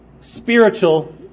Spiritual